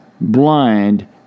blind